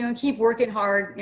and keep working hard.